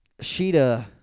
Sheeta